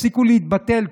תפסיקו להתבטל.